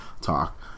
Talk